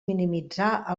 minimitzar